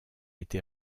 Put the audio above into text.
été